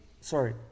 sorry